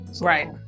Right